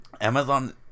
Amazon